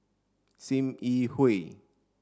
Sim Yi Hui